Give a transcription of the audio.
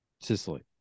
Sicily